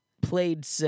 played